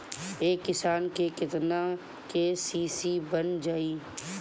एक किसान के केतना के.सी.सी बन जाइ?